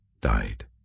died